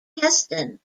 heston